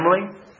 family